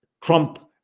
trump